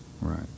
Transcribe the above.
right